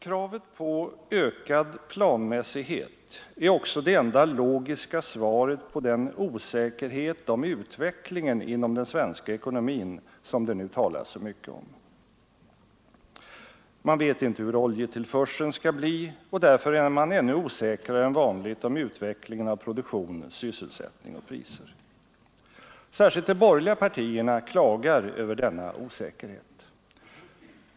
Kravet på ökad planmässighet är också det enda logiska svaret på den osäkerhet om utvecklingen inom den svenska ekonomin varom det nu talas så mycket. Man vet inte hur oljetillförseln skall bli, och därför är man ännu osäkrare än vanligt om utvecklingen av produktion, sysselsättning och priser. Särskilt de borgerliga partierna klagar över denna osäkerhet.